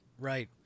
Right